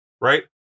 Right